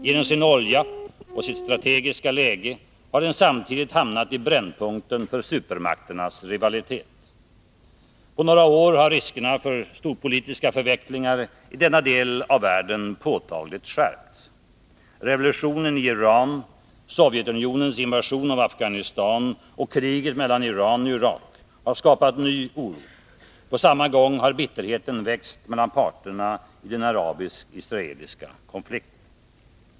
Genom sin olja och sitt strategiska läge har den samtidigt hamnat i brännpunkten för supermakternas rivalitet. På några år har riskerna för storpolitiska förvecklingar i denna del av världen påtagligt skärpts. Revolutionen i Iran, Sovjetunionens invasion av Afghanistan och kriget mellan Iran och Irak har skapat ny oro. På samma gång har bitterheten växt mellan parterna i den arabisk-israeliska konflikten.